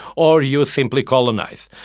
or you simply colonise.